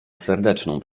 serdeczną